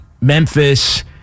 Memphis